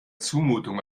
zumutung